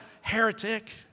heretic